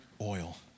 oil